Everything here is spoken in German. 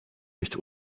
nicht